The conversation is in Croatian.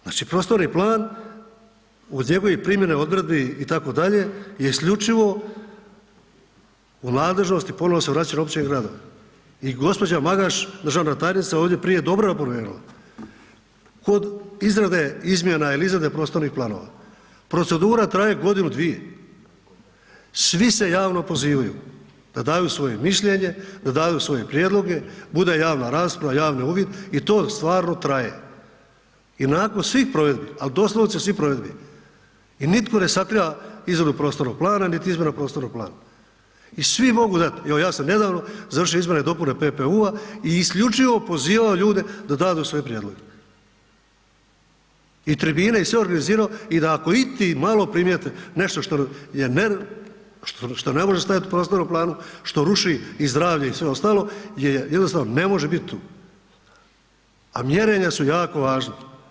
Znači, prostorni plan, uz njegove primjene odredbi itd. je isključivo u nadležnosti, ponovo se vraćam, općina i gradova i gđa. Magaš, državna tajnica, ovdje je prije dobro napomenula, kod izrade izmjena ili izrade prostornih planova, procedura traje godinu, dvije, svi se javno pozivaju da daju svoje mišljenje, da daju svoje prijedloge, bude javna rasprava, javni uvid i to stvarno traje i nakon svih provedbi, al doslovce svih provedbi i nitko ne sakriva izradu prostornog plana, niti izmjenu prostornog plana i svi mogu dat, evo ja sam nedavno završio izmjene i dopune PPU-a i isključivo pozivao ljude da dadu svoje prijedloge i tribine i sve organizirao i da ako iti malo primijete nešto što je, što ne može stajati u prostornom planu, što ruši i zdravlje i sve ostalo, je jednostavno ne može bit tu, a mjerenja su jako važna.